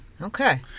Okay